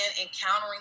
encountering